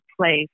place